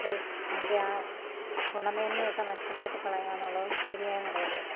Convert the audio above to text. അത് അതിൻ്റെ ആ ഗുണമേന്മ ഒക്കെ നഷ്ടപ്പെടുത്തി കളയുക എന്നുള്ളത് ശരിയായ നടപടി അല്ല